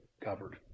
covered